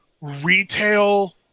retail